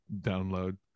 download